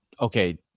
Okay